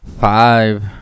five